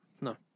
No